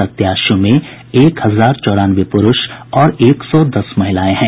प्रत्याशियों में एक हजार चौरानवे पुरूष और एक सौ दस महिलाएं हैं